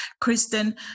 Kristen